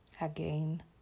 Again